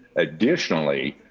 additionally,